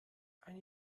eine